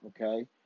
okay